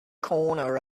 corner